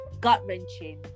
gut-wrenching